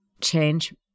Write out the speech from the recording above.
change